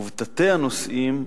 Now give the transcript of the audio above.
ובתתי-הנושאים,